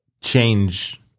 change